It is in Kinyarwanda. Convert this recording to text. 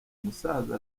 umusaza